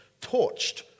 torched